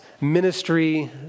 ministry